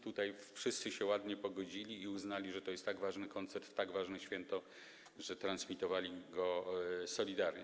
Tutaj wszyscy się ładnie pogodzili i uznali, że to jest tak ważny koncert, tak ważne święto, że transmitowali go solidarnie.